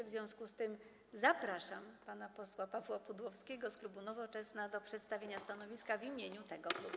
W związku z tym zapraszam pana posła Pawła Pudłowskiego z klubu Nowoczesna do przedstawienia stanowiska w imieniu tego klubu.